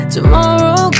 Tomorrow